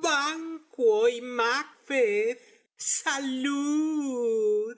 banquo y macbeth salud